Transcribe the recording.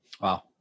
Wow